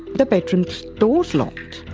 the bedroom door's locked.